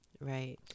Right